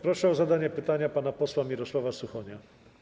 Proszę o zadanie pytania pana posła Mirosława Suchonia.